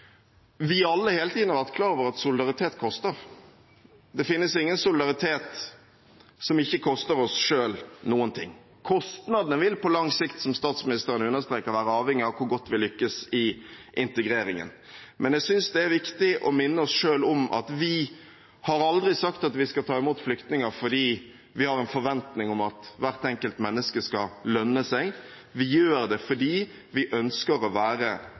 vi alle hele tiden har vært klar over at solidaritet koster. Det finnes ingen solidaritet som ikke koster oss selv noe. Kostnadene vil på lang sikt – som statsministeren understreker – være avhengig av hvor godt vi lykkes i integreringen. Men jeg synes det er viktig å minne oss selv om at vi aldri har sagt at vi skal ta imot flyktninger fordi vi har en forventning om at hvert enkelt menneske skal lønne seg – vi gjør det fordi vi ønsker å være